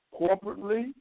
corporately